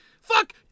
Fuck